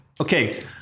Okay